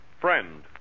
Friend